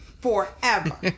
forever